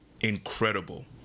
incredible